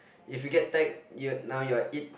if you get tagged you're now you're it